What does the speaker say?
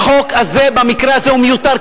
החוק הזה במקרה הזה הוא מיותר,